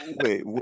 wait